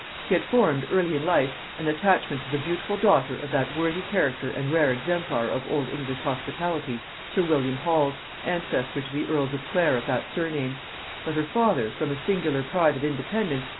he had formed, early in life, an attachment to the beautiful daughter of that worthy character and rare exemplar of old english hospitality, sir william holles, ancestor to the earls of clare of that surname but her father, from a singular pride of independence,